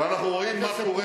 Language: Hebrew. שר הביטחון.